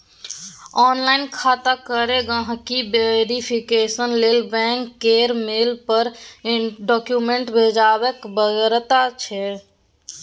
online खाता केर गांहिकी वेरिफिकेशन लेल बैंक केर मेल पर डाक्यूमेंट्स भेजबाक बेगरता छै